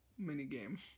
minigame